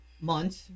months